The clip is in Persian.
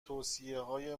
توصیههای